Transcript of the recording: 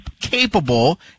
capable